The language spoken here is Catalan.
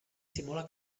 simula